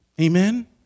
Amen